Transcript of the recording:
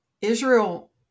Israel